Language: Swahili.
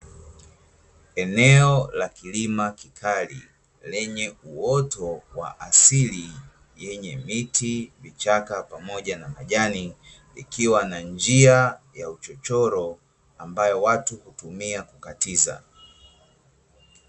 Eneo la kilima kikali lenye uoto wa asili, yenye miti, vichaka pamoja na majani, ikiwa na njia ya uchochoro ambayo watu hutumia kukatiza.